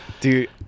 Dude